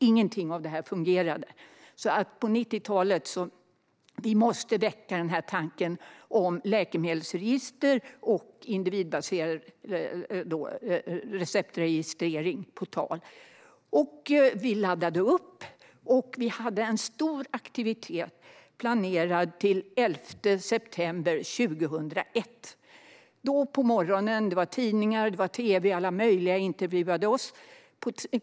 Ingenting av detta fungerade, så på 90-talet insåg vi att vi måste väcka tanken om läkemedelsregister och individbaserad receptregistrering. Vi laddade upp, och vi hade en stor aktivitet planerad till den 11 september 2001. Då på morgonen intervjuades vi av tidningar, tv - alla möjliga.